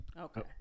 Okay